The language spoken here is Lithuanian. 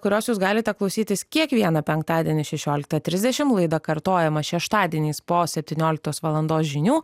kurios jūs galite klausytis kiekvieną penktadienį šešioliktą trisdešim laida kartojama šeštadieniais po septynioliktos valandos žinių